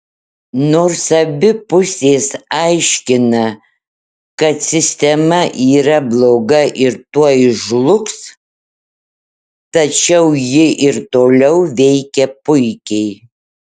nors abi pusės aiškina kad sistema yra bloga ir tuoj žlugs tačiau ji ir toliau veikia puikiai